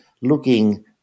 looking